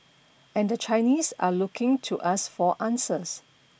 and the Chinese are looking to us for answers